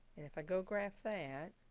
and if i go graph that